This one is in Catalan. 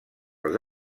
els